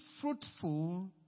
fruitful